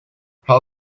how